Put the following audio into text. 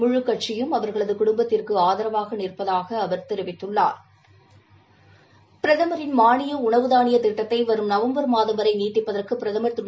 முழுக் கட்சியும் அவர்களது குடும்பத்திற்கு ஆதரவாக நிற்பதாக அவர் கூறினார் பிரதமரின் மாளிய உணவு தாளியத் திட்டத்தை நவம்பர் மாதம் வரை நீட்டிப்பதற்கு பிரதமர் திரு